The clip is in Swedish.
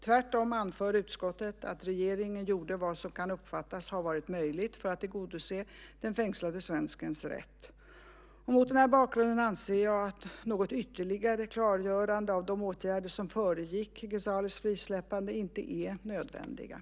Tvärtom anför utskottet att regeringen gjort vad som kan uppfattas ha varit möjligt för att tillgodose den fängslade svenskens rätt. Mot denna bakgrund anser jag att något ytterligare klargörande av de åtgärder som föregick Ghezalis frisläppande inte är nödvändigt.